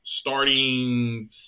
starting